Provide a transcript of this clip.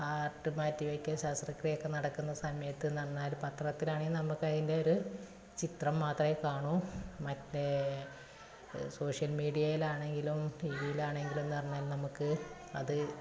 heart മാറ്റിവയ്ക്കൽ ശസ്ത്രക്രിയൊക്കെ നടക്കുന്ന സമയത്ത് നിന്നാൽ പത്രത്തിലാണേൽ നമുക്ക അതിൻ്റെ ഒരു ചിത്രം മാത്രമേ കാണൂ മറ്റേ സോഷ്യൽ മീഡിയയിൽ ആണെങ്കിലും ടീവിയിലാണെങ്കിലും എന്ന് പറഞ്ഞാൽ നമുക്ക് അത്